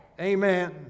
Amen